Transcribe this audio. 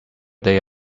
they